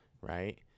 Right